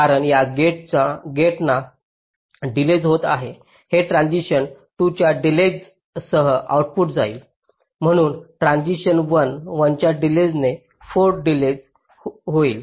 कारण या गेट्सना डिलेज होत आहे हे ट्रान्सिशन्स 2 च्या डिलेजसह आउटपुट जाईल म्हणून हे ट्रान्सिशन्स 1 1 च्या डिलेजने 4 डिलेज 4 होईल 4 वर